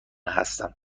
هستم